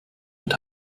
und